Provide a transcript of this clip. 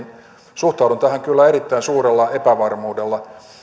suhtaudun tähän kyllä erittäin suurella epävarmuudella